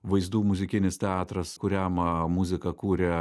vaizdų muzikinis teatras kuriam muziką kūrė